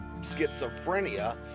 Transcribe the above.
schizophrenia